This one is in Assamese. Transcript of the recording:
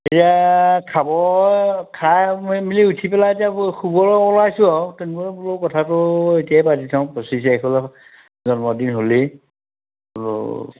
এতিয়া খাব খাই মেলি উঠি পেলাই এতিয়া শুবলৈ ওলাইছোঁ আৰু কথাটো এতিয়াই পাতি থওঁ পঁচিছ জন্মদিন হ'লেই আৰু